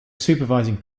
supervising